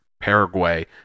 Paraguay